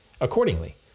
accordingly